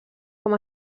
com